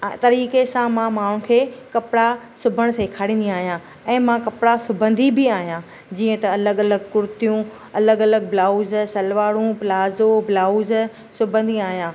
हा तरीक़े सां माउ खे कपिड़ा सिबणु सेखारींदी आहियां ऐं मां कपिड़ा सिबंदी बि आहियां जीअं त अलॻि अलॻि कुर्तियूं अलॻि अलॻि ब्लाउज़ सलवारूं प्लाज़ो ब्लाउज़ सिबंदी आहियां